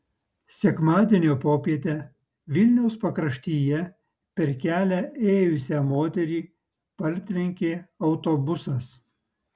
sekmadienio popietę vilniaus pakraštyje per kelią ėjusią moterį partrenkė autobusas